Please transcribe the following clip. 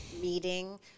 meeting